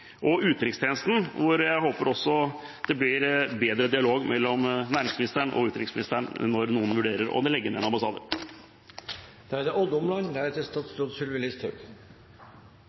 og man har utenrikstjenesten, hvor jeg håper det også blir bedre dialog mellom næringsministeren og utenriksministeren når noen vurderer å legge ned